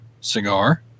cigar